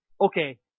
okay